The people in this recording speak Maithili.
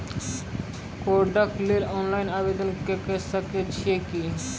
कार्डक लेल ऑनलाइन आवेदन के सकै छियै की?